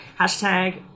hashtag